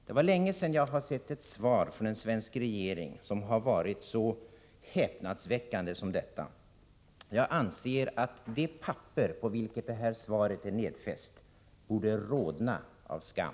Det är länge sedan jag sett ett svar från en svensk regering som varit så häpnadsväckande som detta. Jag anser att det papper på vilket det här svaret är nedskrivet borde rodna av skam.